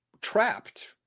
trapped